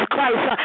Christ